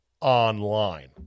online